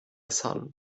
son